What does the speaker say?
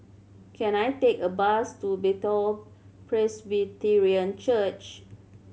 can I take a bus to Bethel Presbyterian Church